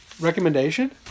recommendation